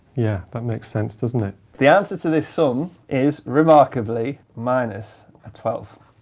yeah, that makes sense, doesn't it. the answer to this sum is remarkably minus a twelfth.